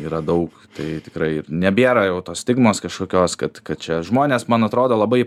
yra daug tai tikrai ir nebėra jau tos stigmos kažkokios kad kad čia žmonės man atrodo labai